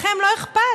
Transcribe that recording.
לכם לא אכפת.